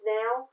now